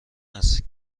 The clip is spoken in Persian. است